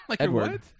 Edward